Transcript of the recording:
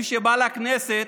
מי שבא לכנסת,